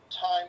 time